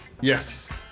Yes